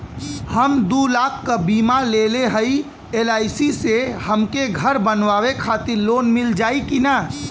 हम दूलाख क बीमा लेले हई एल.आई.सी से हमके घर बनवावे खातिर लोन मिल जाई कि ना?